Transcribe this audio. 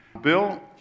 Bill